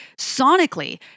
sonically